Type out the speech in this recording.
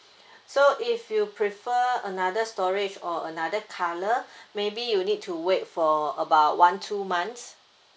so if you prefer another storage or another colour maybe you need to wait for about one two months